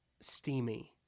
steamy